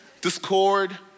discord